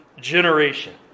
generation